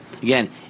Again